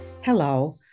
Hello